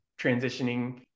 transitioning